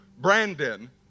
Brandon